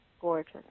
Gorgeous